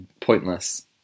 pointless